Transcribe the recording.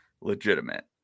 legitimate